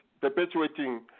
perpetuating